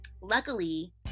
Luckily